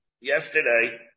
yesterday